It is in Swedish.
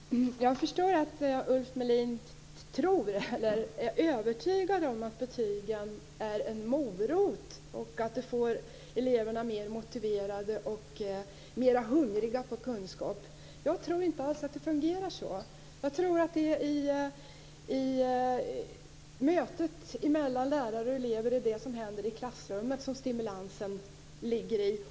Fru talman! Jag förstår att Ulf Melin är övertygad om att betygen är en morot, och att de får eleverna mer motiverade och mer hungriga på kunskap. Men jag tror inte alls att det fungerar så. Jag tror att det är i mötet mellan lärare och elever och i det som händer i klassrummet som stimulansen ligger.